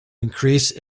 increase